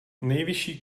nejvyšší